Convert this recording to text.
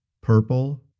Purple